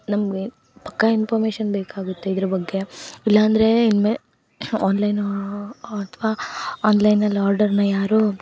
ನಮಗೆ ಪಕ್ಕಾ ಇನ್ಪಾಮೇಶನ್ ಬೇಕಾಗುತ್ತೆ ಇದ್ರ ಬಗ್ಗೆ ಇಲ್ಲ ಅಂದರೆ ಇನ್ ಮೇ ಆನ್ಲೈನು ಅಥವಾ ಆನ್ಲೈನಲ್ಲಿ ಆರ್ಡರನ್ನ ಯಾರೂ